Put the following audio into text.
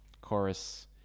chorus